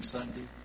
Sunday